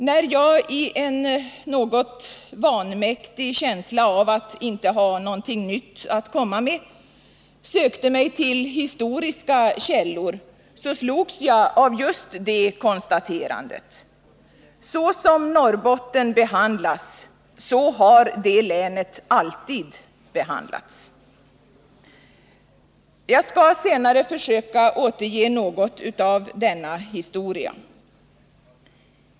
När jag i en något vanmäktig känsla av att inte ha någonting nytt att komma med sökte mig till historiska källor, slogs jag just av konstaterandet: Så som Norrbotten i dag behandlas, så har det länet alltid behandlats. Jag skall senare försöka återge något av Norrbottens historia.